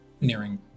nearing